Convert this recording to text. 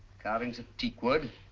carvings of teak wood,